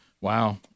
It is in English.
wow